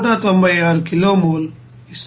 0 kilo mole ఇస్తుంది